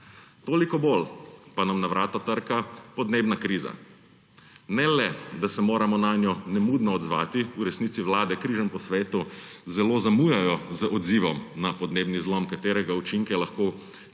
Toliko bolj pa nam na vrata trka podnebna kriza. Ne le, da se moramo nanjo nemudoma odzvati, v resnici vlade križem po svetu zelo zamujajo z odzivom na podnebni zlom, katerega učinka lahko čutimo